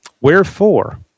Wherefore